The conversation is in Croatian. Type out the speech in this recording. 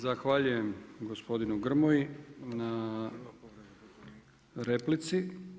Zahvaljujem gospodinu Grmoji na replici.